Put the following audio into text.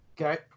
okay